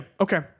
okay